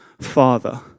Father